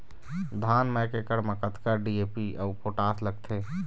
धान म एक एकड़ म कतका डी.ए.पी अऊ पोटास लगथे?